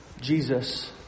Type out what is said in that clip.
Jesus